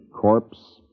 Corpse